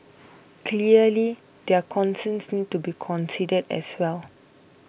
clearly their concerns need to be considered as well